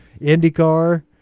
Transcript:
IndyCar